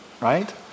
right